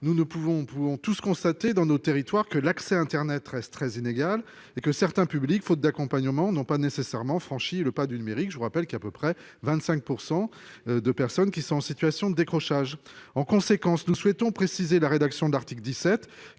pouvons pouvons tous ceux constatés dans nos territoires que l'accès Internet reste très inégale et que certains publics faute d'accompagnement non pas nécessairement franchi le pas du numérique. Je vous rappelle qu'à peu près 25% de personnes qui sont en situation de décrochage, en conséquence nous souhaitons préciser la rédaction d'articles 17